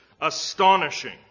astonishing